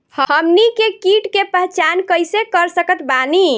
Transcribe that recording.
हमनी के कीट के पहचान कइसे कर सकत बानी?